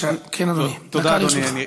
תודה, אדוני.